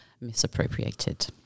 misappropriated